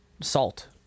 salt